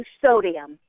sodium